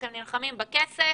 האם אתם נלחמים בכסף,